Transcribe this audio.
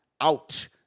out